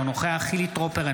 אינו נוכח חילי טרופר,